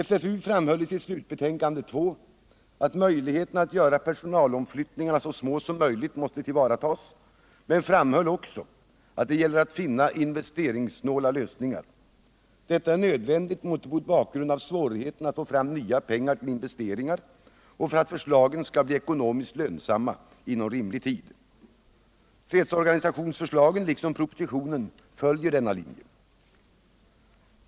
FFU framhöll i sitt slutbetänkande II att möjligheterna att göra personalomflyttningarna så små som möjligt måste tillvaratas men framhöll också att det gäller att finna investeringssnåla lösningar. Detta är nödvändigt både mot bakgrund av svårigheten att få fram nya pengar till investeringar och för att förslagen skall bli ekonomiskt lönsamma inom rimlig tid. Fredsorganisationsförslagen liksom propositionen följer denna linje.